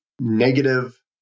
negative